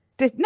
No